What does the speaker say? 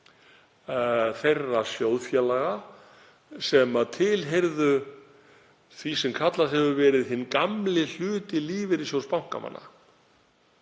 hluta þeirra sjóðfélaga sem tilheyrðu því sem kallað hefur verið hinn gamli hluti lífeyrissjóðs bankamanna.